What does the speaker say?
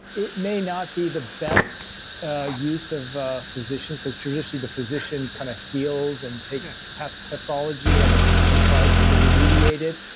it may not be the best ah use of physicians, because traditionally the physician kind of heals and takes pathology and and tries to remediate it,